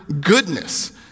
goodness